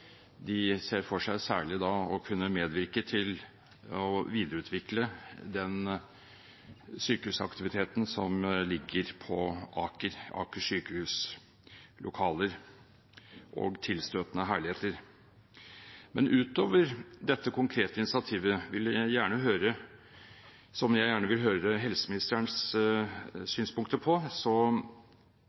de ser for seg særlig å kunne medvirke til å videreutvikle den sykehusaktiviteten som er i Aker sykehus’ lokaler og tilstøtende herligheter. Men utover dette konkrete initiativet, som jeg gjerne vil høre helseministerens synspunkter på,